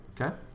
Okay